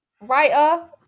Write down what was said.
Writer